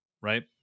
Right